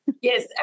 Yes